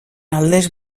aldez